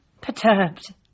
Perturbed